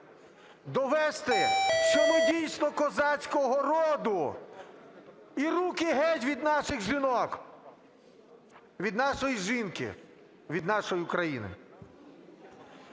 довести, що ми дійсно козацького роду. І руки геть від наших жінок! Від нашої жінки, від нашої України.